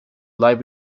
live